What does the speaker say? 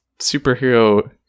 superhero